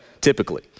typically